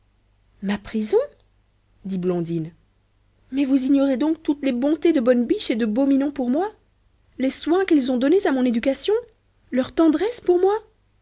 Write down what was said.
ma prison dit blondine mais vous ignorez donc toutes les bontés de bonne biche et de beau minon pour moi les soins qu'ils ont donnés à mon éducation leur tendresse pour moi